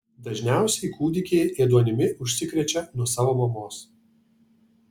dažniausiai kūdikiai ėduonimi užsikrečia nuo savo mamos